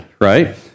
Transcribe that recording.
right